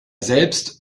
selbst